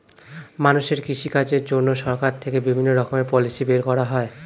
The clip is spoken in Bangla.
মানুষের কৃষি কাজের জন্য সরকার থেকে বিভিন্ন রকমের পলিসি বের করা হয়